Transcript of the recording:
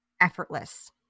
effortless